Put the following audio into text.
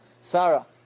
Sarah